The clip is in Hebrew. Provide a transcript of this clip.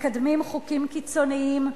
מקדמים חוקים קיצוניים,